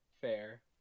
Fair